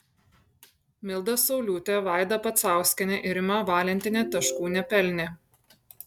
milda sauliūtė vaida pacauskienė ir rima valentienė taškų nepelnė